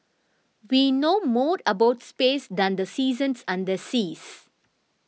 we know more about space than the seasons and the seas